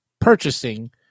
purchasing